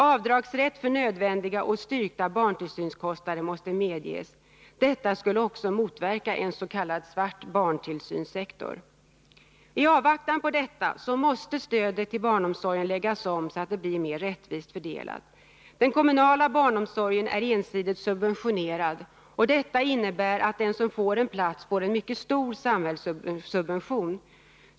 Avdragsrätt för nödvändiga och styrkta barntillsynskostnader måste medges. Detta skulle också motverka en s.k. svart barntillsynssektor. Tavvaktan på detta måste stödet till barnomsorgen läggas om så att det blir mer rättvist fördelat. Den kommunala barnomsorgen är ensidigt subventionerad, och detta innebär att den som får en plats får en mycket stor samhällssubvention.